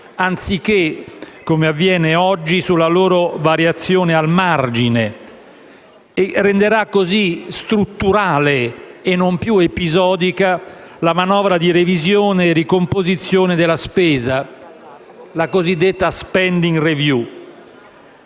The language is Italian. anziché - come avviene oggi - alla loro variazione al margine. Ciò renderà strutturale e non più episodica la manovra di revisione e ricomposizione della spesa, la cosiddetta *spending* *review*.